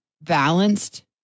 balanced